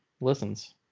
listens